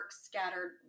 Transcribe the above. scattered